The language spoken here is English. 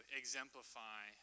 exemplify